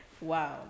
Wow